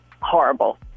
horrible